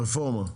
ברפורמה.